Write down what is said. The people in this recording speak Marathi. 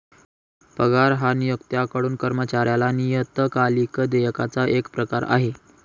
पगार हा नियोक्त्याकडून कर्मचाऱ्याला नियतकालिक देयकाचा एक प्रकार आहे